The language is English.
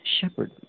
shepherd